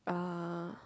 uh